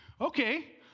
Okay